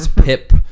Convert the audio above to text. pip